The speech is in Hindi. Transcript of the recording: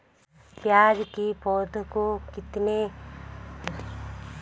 प्याज़ की पौध को खेतों में लगाने में कितने दिन तक पानी देना चाहिए?